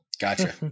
Gotcha